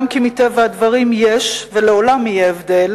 גם כי מטבע הדברים יש ולעולם יהיה הבדל